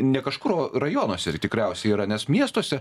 ne kažkur o rajonuose tikriausiai yra nes miestuose